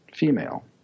female